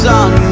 on